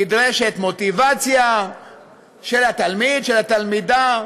נדרשת מוטיבציה של התלמידה, של התלמיד,